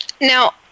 Now